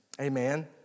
Amen